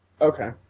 Okay